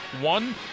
One